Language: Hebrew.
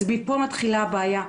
ומפה מתחילה הבעיה.